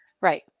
Right